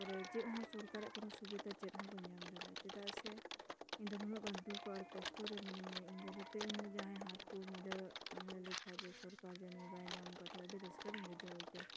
ᱪᱮᱫ ᱦᱚᱸ ᱥᱚᱨᱠᱟᱨᱟᱜ ᱠᱳᱱᱳ ᱥᱩᱵᱤᱫᱷᱟ ᱪᱮᱫ ᱦᱚᱸ ᱵᱟᱹᱧ ᱧᱟᱢ ᱫᱟᱲᱮᱭᱟᱜᱼᱟ ᱪᱮᱫᱟᱜ ᱥᱮ ᱤᱧ ᱫᱚ ᱱᱩᱱᱟᱹᱜ ᱜᱟᱱ ᱫᱩᱠᱷ ᱟᱨ ᱠᱚᱥᱴᱚ ᱨᱮ ᱢᱤᱱᱟᱹᱧᱟ ᱤᱧ ᱫᱚ ᱱᱤᱛᱚᱜ ᱤᱧ ᱡᱟᱦᱟᱸᱭ ᱦᱟᱛ ᱠᱚ ᱢᱤᱞᱟᱹᱣ ᱞᱮᱠᱷᱟᱱ ᱥᱚᱨᱠᱟᱨ ᱡᱮᱱᱚ ᱱᱩᱭ ᱵᱟᱭ ᱧᱟᱢ ᱟᱠᱟᱫᱟ ᱛᱟᱦᱚᱞᱮ ᱟᱹᱰᱤ ᱨᱟᱹᱥᱠᱟᱹᱧ ᱵᱩᱡᱷᱟᱹᱣ ᱠᱮᱫᱟ